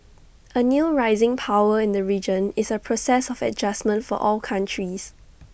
A new rising power in the region is A process of adjustment for all countries